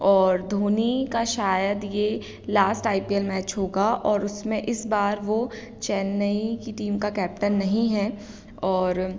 और धोनी का शायद ये last I P L match होगा और उसमें इस बार वो चेन्नई की टीम का कैप्टेन नहीं है और